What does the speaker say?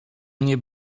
mnie